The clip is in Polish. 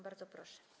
Bardzo proszę.